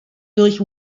durch